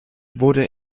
wurde